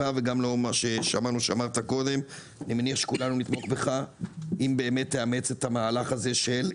מניח שכולנו נתמוך בך אם באמת תאמץ את המהלך הזה של,